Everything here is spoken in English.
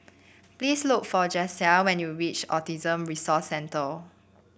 please look for Jasiah when you reach Autism Resource Centre